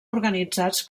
organitzats